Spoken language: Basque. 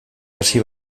hasi